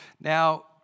Now